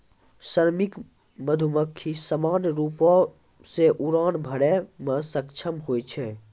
श्रमिक मधुमक्खी सामान्य रूपो सें उड़ान भरै म सक्षम होय छै